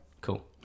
cool